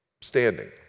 standing